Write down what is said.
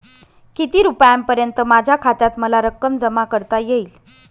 किती रुपयांपर्यंत माझ्या खात्यात मला रक्कम जमा करता येईल?